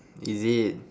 is it